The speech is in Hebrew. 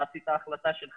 אתה עשית את ההחלטה שלך.